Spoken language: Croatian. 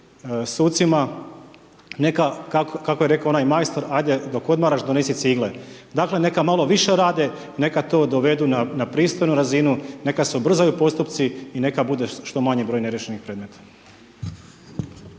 sucima, kako je rekao onaj majstor, ajde dok odmaraš, donesi cigle. Dakle neka malo više rade, neka to dovedu na pristojnu razinu, neka se ubrzaju postupci i neka bude što manji broj neriješenih predmeta.